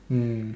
mm